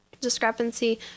discrepancy